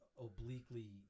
obliquely